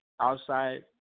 outside